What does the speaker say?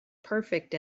perfect